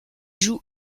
joue